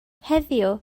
heddiw